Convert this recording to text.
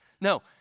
No